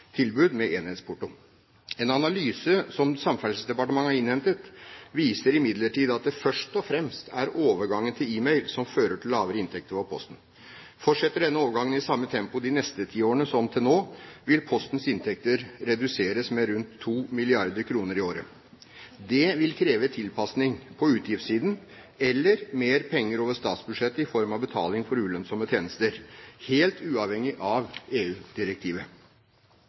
tilbud med enhetsporto. En analyse som Samferdselsdepartementet har innhentet, viser imidlertid at det først og fremst er overgangen til e-mail som fører til lavere inntekter for Posten. Fortsetter denne overgangen i samme tempo de neste ti årene som til nå, vil Postens inntekter reduseres med rundt 2 mrd. kr i året. Det vil kreve tilpasning på utgiftssiden, eller mer penger over statsbudsjettet i form av betaling for ulønnsomme tjenester, helt uavhengig av